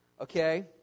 okay